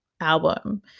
album